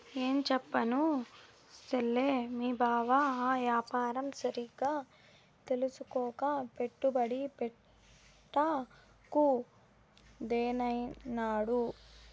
ఏంచెప్పను సెల్లే, మీ బావ ఆ యాపారం సరిగ్గా తెల్సుకోక పెట్టుబడి పెట్ట కుదేలైనాడు